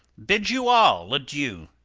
bids you all adieu